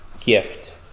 gift